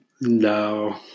No